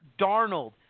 Darnold